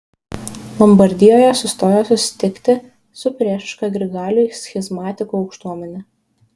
lombardijoje sustojo susitikti su priešiška grigaliui schizmatikų aukštuomene